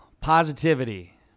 positivity